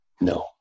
No